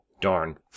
Darn